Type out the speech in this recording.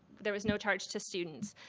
there was no charge to students.